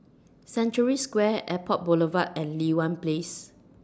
Century Square Airport Boulevard and Li Hwan Place